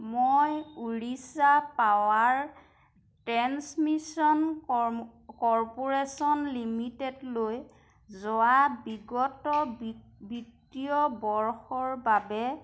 মই Orissa power transmission corporation লিমিটেডলৈ যোৱা বিগত বিত্তীয় বৰ্ষৰ বাবে